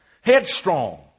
headstrong